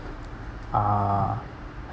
uh